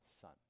son